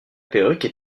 perruque